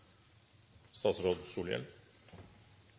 statsråd